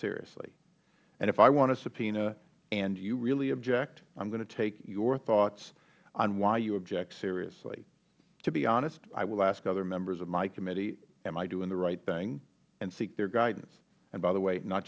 seriously and if i want to subpoena and you really object i am going to take your thoughts on why you object seriously to been honest i will ask other members of my committee am i doing the right thing and seek their guidance and by the way not